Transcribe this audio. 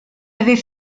avait